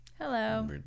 Hello